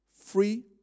Free